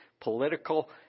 political